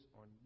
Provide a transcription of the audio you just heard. on